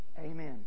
Amen